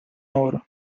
noor